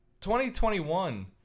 2021